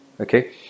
Okay